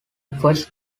first